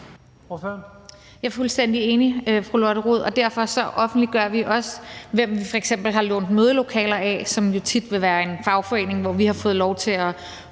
Jeg er fuldstændig enig, fru Lotte Rod, og derfor offentliggør Enhedslisten også, hvem vi f.eks. har lånt mødelokaler af, hvilket jo tit vil være en fagforening, hvor vi har fået lov til at